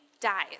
dies